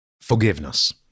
Forgiveness